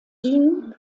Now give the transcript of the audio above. ihn